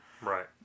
Right